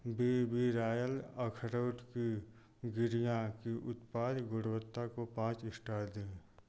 B B royal अखरोट की गिरियाँ की उत्पाद गुणवत्ता को पाँच स्टार दें